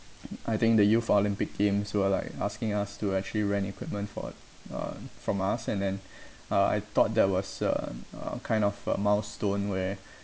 I think the youth Olympic games they were like asking us to actually rent equipment for uh from us and then uh I thought that was a uh kind of a milestone where